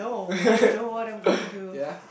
yeah